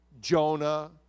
Jonah